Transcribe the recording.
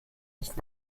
nicht